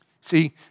See